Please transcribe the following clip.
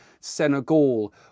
Senegal